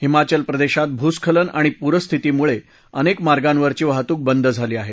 हिमाचल प्रदेशात भूस्खलन आणि पूरस्थितीमुळे अनेक मार्गांवरची वाहतुक बंद झाली आहे